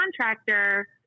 contractor